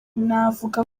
navuga